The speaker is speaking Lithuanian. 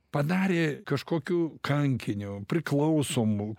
padarė kažkokiu kankiniu priklausomu